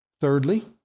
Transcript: Thirdly